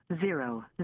zero